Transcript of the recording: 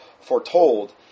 foretold